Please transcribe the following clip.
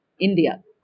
India